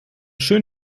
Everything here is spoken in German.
schön